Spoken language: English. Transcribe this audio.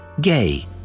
gay